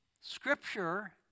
Scripture